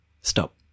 Stop